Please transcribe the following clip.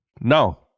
Now